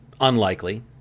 Unlikely